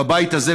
בבית הזה,